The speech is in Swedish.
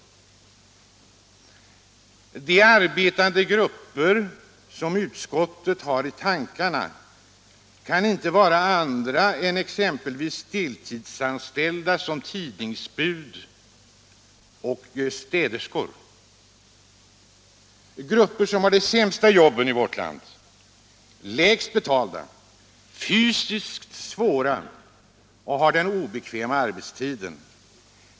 De arbetande grupper som utskottet har i tankarna kan inte vara andra än exempelvis deltidsanställda som tidningsbud och städerskor, grupper som har de sämsta jobben i vårt land, de lägst betalda, fysiskt svåra jobben och som har den obekväma arbetstiden.